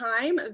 time